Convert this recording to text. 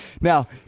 Now